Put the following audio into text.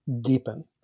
deepen